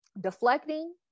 deflecting